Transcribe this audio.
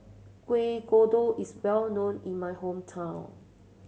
Kueh Kodok is well known in my hometown